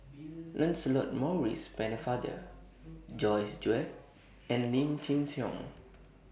Lancelot Maurice Pennefather Joyce Jue and Lim Chin Siong